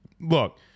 look